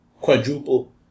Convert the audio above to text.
quadruple